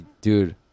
dude